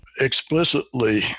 explicitly